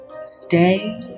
stay